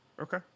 Okay